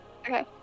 Okay